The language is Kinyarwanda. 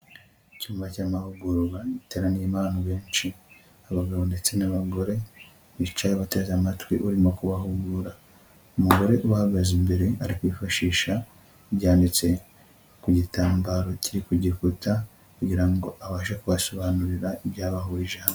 Icyuma cy'amahugurwa giteraniyemo abantu benshi abagabo ndetse n'abagore bicaye bateze amatwi urimo kubahugura, umugore ubahagaze imbere arikwifashisha ibyanditse ku gitambaro kiri kugifatata kugira ngo abashe kubasobanurira ibyabahurije hamwe.